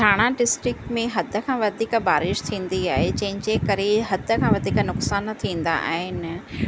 थाणा district में हद खां वधीक बारिश थींदी आहे जंहिंजे करे हद खां वधीक नुक़सानु थींदा आहिनि